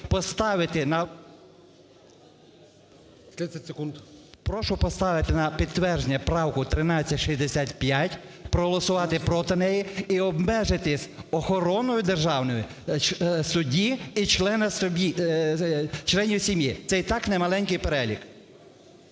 поставити на підтвердження правку 1365, проголосувати проти неї. І обмежитись охороною державною судді і членів сім'ї, це і так не маленький перелік.